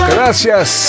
Gracias